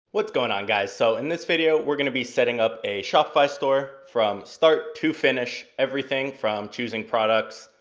what's going on guys? so in this video we're gonna be setting up a shopify store from start to finish. everything from choosing products,